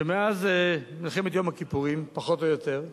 שמאז מלחמת יום הכיפורים, פחות או יותר,